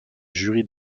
jury